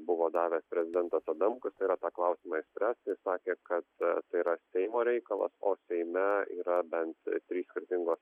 buvo davęs prezidentas adamkus tai yra tą klausimą išspręsti jis sakė kad tai yra seimo reikalas o seime yra bent trys skirtingos